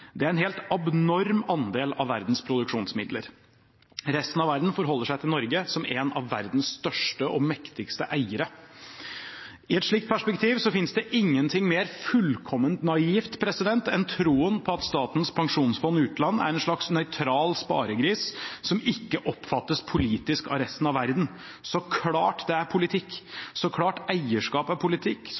Det er en helt abnorm andel av verdens produksjonsmidler. Resten av verden forholder seg til Norge som en av verdens største og mektigste eiere. I et slikt perspektiv finnes det ingenting mer fullkomment naivt enn troen på at Statens pensjonsfond utland er en slags nøytral sparegris som ikke oppfattes politisk av resten av verden. Så klart det er politikk, så klart eierskap er politikk,